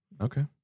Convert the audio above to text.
Okay